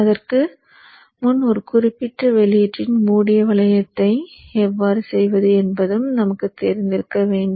அதற்கு முன் ஒரு குறிப்பிட்ட வெளியீட்டின் மூடிய வளையத்தை எவ்வாறு செய்வது என்பதும் நமக்குத் தெரிந்திருக்க வேண்டும்